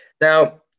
Now